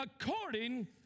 according